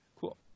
cool